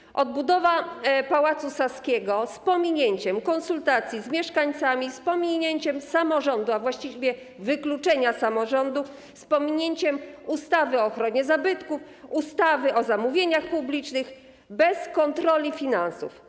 Mówimy o odbudowie Pałacu Saskiego z pominięciem konsultacji z mieszkańcami, z pominięciem samorządów, a właściwie z wykluczeniem samorządów, z pominięciem ustawy o ochronie zabytków, ustawy o zamówieniach publicznych, bez kontroli finansów.